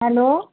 hello